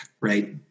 right